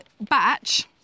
Batch